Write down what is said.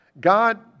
God